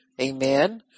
Amen